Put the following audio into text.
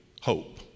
hope